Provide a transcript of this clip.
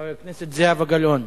חברת הכנסת זהבה גלאון,